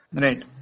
Right